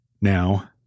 now